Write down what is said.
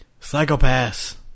Psychopaths